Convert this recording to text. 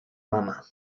mama